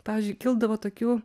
pavyzdžiui kildavo tokių